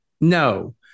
No